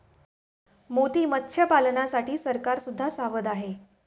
मोती मत्स्यपालनासाठी सरकार सुद्धा सावध आहे